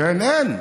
אין,